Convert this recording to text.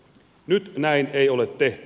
nyt näin ei ole tehty